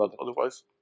otherwise